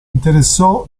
interessò